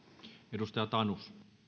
arvoisa herra puhemies